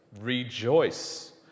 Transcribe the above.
Rejoice